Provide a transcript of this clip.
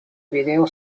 video